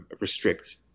restrict